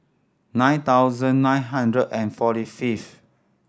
nine thousand nine hundred and forty fifth